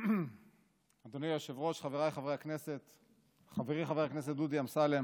שאתה אמרת, חבר הכנסת אמסלם.